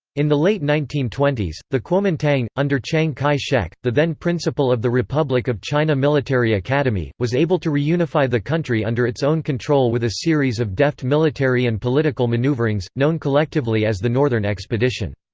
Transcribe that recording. in the late nineteen twenty s, the kuomintang, under chiang kai-shek, the then principal of the republic of china military academy, was able to reunify the country under its own control with a series of deft military military and political maneuverings, known collectively as the northern expedition.